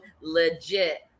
legit